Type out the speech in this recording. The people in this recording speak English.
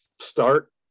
start